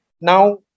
Now